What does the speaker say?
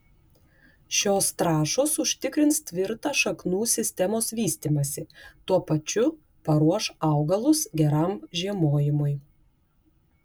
šios trąšos užtikrins tvirtą šaknų sistemos vystymąsi tuo pačiu paruoš augalus geram žiemojimui